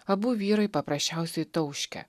abu vyrai paprasčiausiai tauškia